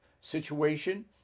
situation